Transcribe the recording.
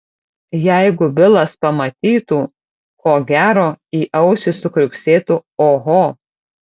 jeigu bilas pamatytų ko gero į ausį sukriuksėtų oho